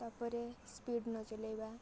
ତାପରେ ସ୍ପିଡ଼ ନ ଚଲେଇବା